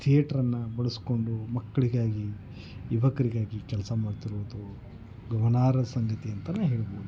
ಥಿಯೇಟ್ರನ್ನು ಬಳಸಿಕೊಂಡು ಮಕ್ಕಳಿಗಾಗಿ ಯುವಕರಿಗಾಗಿ ಕೆಲಸ ಮಾಡ್ತಿರೋದು ಗಮನಾರ್ಹ ಸಂಗತಿ ಅಂತಲೇ ಹೇಳ್ಬೋದು